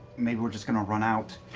maybe we're just going to run out.